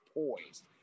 poised